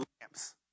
lamps